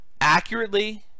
accurately